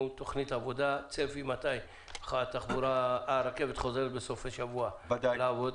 תכנית עבודה וצפי מתי הרכבת חוזרת בסופי שבוע לעבוד.